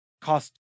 cost